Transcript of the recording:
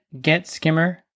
getskimmer